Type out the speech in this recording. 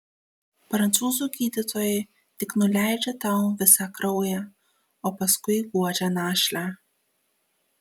prancūzų gydytojai tik nuleidžia tau visą kraują o paskui guodžia našlę